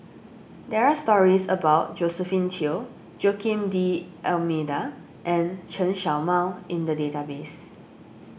there are stories about Josephine Teo Joaquim D'Almeida and Chen Show Mao in the database